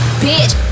bitch